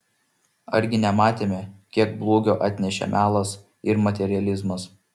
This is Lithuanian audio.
argi nematėme kiek blogio atnešė melas ir materializmas